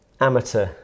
amateur